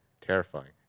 Terrifying